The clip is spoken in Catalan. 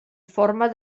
forma